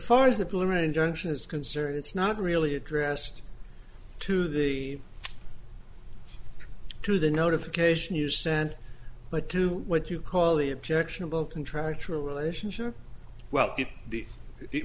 far as the bill or an injunction is concerned it's not really addressed to the to the notification you sent but to what you call the objectionable contractual relationship well the it